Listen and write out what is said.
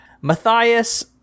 Matthias